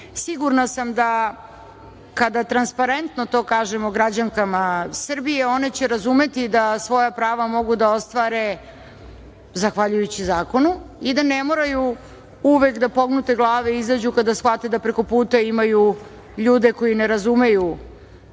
kazne. Sigurna sam da kada transparentno to kažemo građankama Srbije, one će razumeti da svoja prava mogu da ostvare zahvaljujući zakonu i da ne moraju uvek da pognute glave izađu kada shvate da prekoputa imaju ljude koji ne razumeju